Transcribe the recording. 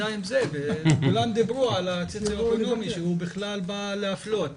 כולם דיברו על המצב ושזה בא להפלות.